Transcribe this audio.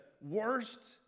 worst